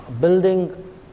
building